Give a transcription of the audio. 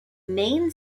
main